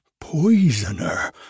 poisoner